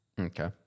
Okay